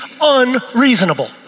unreasonable